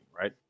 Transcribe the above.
right